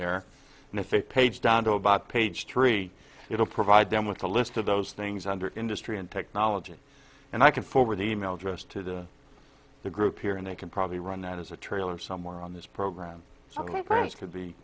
there and if a page down to about page three it'll provide them with a list of those things under industry and technology and i can forward the e mail address to the the group here and they can probably run that as a trailer somewhere on this program so the press could be